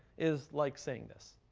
is like saying this.